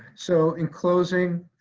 so in closing,